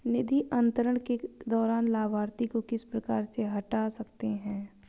निधि अंतरण के दौरान लाभार्थी को किस प्रकार से हटा सकते हैं?